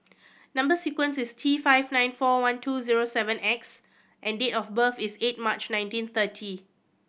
number sequence is T five nine four one two zero seven X and date of birth is eight March nineteen thirty